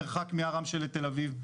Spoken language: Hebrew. המרחק מעראמשה לתל אביב,